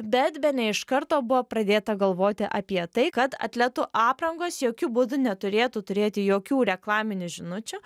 bet bene iš karto buvo pradėta galvoti apie tai kad atletų aprangos jokiu būdu neturėtų turėti jokių reklaminių žinučių